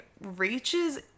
reaches